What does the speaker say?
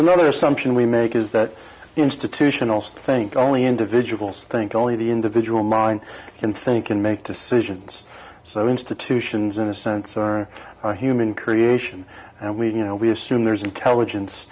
another assumption we make is that institutional think only individuals think only the individual mind can think and make decisions so institutions in a sense are our human creation and we know we assume there's intelligence